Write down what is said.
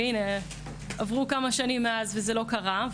והנה, עברו כמה שנים מאז וזה לא קרה.